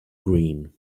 green